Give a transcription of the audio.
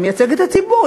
היא מייצגת את הציבור,